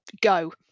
Go